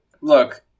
Look